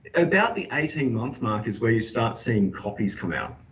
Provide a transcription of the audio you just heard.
about the eighteen month mark is where you start seeing copies come out.